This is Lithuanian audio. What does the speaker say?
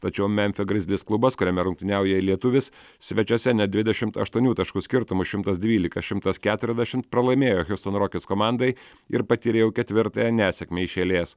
tačiau memfio grizzlies klubas kuriame rungtyniauja lietuvis svečiuose net dvidešimt aštuonių taškų skirtumu šimtas dvylika šimtas keturiasdešimt pralaimėjo hiustono rockets komandai ir patyrė jau ketvirtąją nesėkmę iš eilės